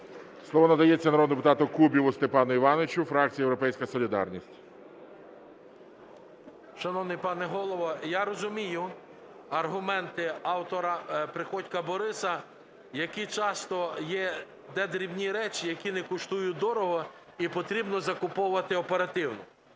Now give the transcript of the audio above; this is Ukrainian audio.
Слово надається народному депутату Степану Івановичу, фракція "Європейська солідарність". 11:15:43 КУБІВ С.І. Шановний пане Голово, я розумію аргументи автора Приходька Бориса, які часто є, де дрібні речі, які не коштують дорого і потрібно закуповувати оперативно.